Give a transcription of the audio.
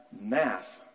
math